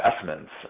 investments